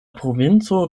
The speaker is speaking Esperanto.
provinco